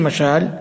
למשל,